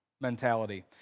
mentality